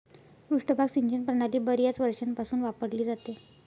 पृष्ठभाग सिंचन प्रणाली बर्याच वर्षांपासून वापरली जाते